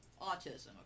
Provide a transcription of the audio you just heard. autism